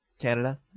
Canada